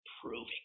proving